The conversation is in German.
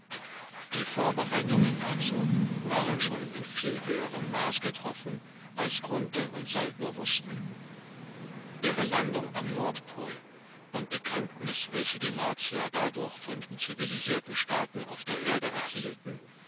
die vorbereitungen dazu waren schon in viel höherem maß getroffen als grunthe und saltner wußten ihre landung am nordpol und die kenntnis welche die martier dadurch von den zivilisierten staaten der erde erhielten